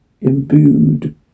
imbued